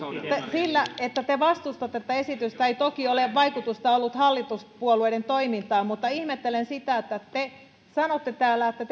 sillä että te vastustatte tätä esitystä ei toki ole vaikutusta ollut hallituspuolueiden toimintaan mutta ihmettelen sitä että te sanotte täällä että